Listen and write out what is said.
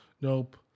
nope